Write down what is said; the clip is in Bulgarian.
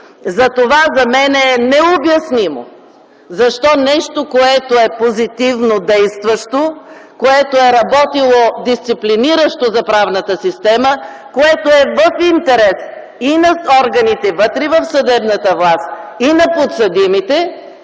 Затова за мен е необяснимо защо нещо, което е позитивно действащо, което е работило дисциплиниращо за правната система, което е в интерес и на органите – вътре в съдебната власт, и на подсъдимите,